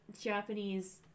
Japanese